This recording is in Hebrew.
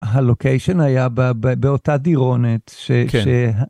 הלוקיישן היה באותה דירונת.